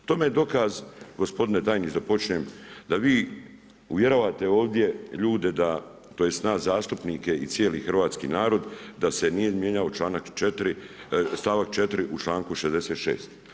Tome je dokaz, gospodine tajniče da počnem da vi uvjeravate ovdje ljude, tj. nas zastupnike i cijeli hrvatski narod sa se nije mijenjao stavak 4. u članku 66.